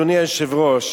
אדוני היושב-ראש,